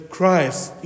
Christ